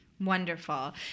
Wonderful